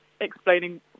explaining